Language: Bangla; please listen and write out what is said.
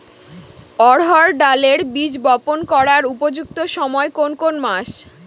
অড়হড় ডালের বীজ বপন করার উপযুক্ত সময় কোন কোন মাস?